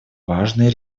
важные